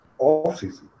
offseason